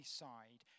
side